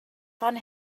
fan